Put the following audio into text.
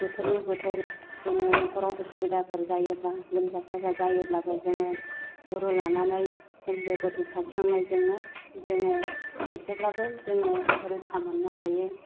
बोथोरनि बोथोर जोंनि न'खराव उसुबिदाफोर जायोब्ला लोमजा साजा जायोब्लाबो जोंहा गुरु लानानै हम जयग'ति सावस्रांनायजोंनो जोङो एसेब्लाबो जोङो रैखा मोननो हायो